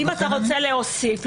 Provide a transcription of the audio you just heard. ואם אתה רוצה להוסיף,